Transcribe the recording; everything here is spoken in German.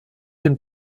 den